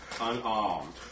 unarmed